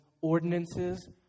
ordinances